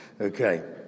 Okay